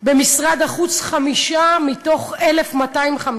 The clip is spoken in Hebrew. במשרד החוץ, חמישה מתוך 1,250,